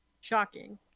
shocking